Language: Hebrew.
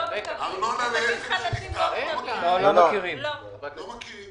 לא מכירים כלום.